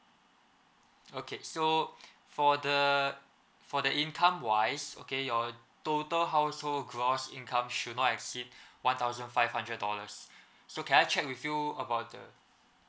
okay so for the for the income wise okay your total household gross income should not exceed one thousand five hundred dollars so can I check with you about the